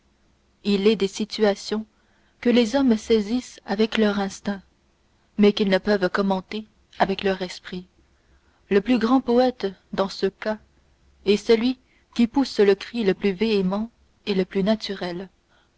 il est des situations que les hommes saisissent avec leur instinct mais qu'ils ne peuvent commenter avec leur esprit le plus grand poète dans ce cas est celui qui pousse le cri le plus véhément et le plus naturel